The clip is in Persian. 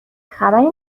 خبری